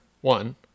One